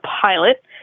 pilot